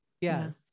Yes